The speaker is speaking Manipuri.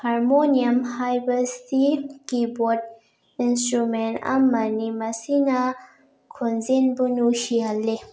ꯍꯥꯔꯃꯣꯅꯤꯌꯝ ꯍꯥꯏꯕꯁꯤ ꯀꯤꯕꯣꯔꯠ ꯏꯟꯁꯇ꯭ꯔꯨꯃꯦꯟ ꯑꯃꯅꯤ ꯃꯁꯤꯅ ꯈꯣꯟꯖꯦꯜꯕꯨ ꯅꯨꯡꯁꯤꯍꯜꯂꯤ